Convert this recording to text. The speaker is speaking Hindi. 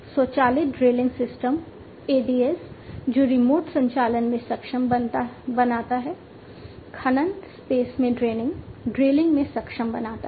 स्वचालित ड्रिलिंग सिस्टम ADS जो रिमोट संचालन में सक्षम बनाता है खनन स्पेस में ड्रेनिंग ड्रिलिंग में सक्षम बनाता है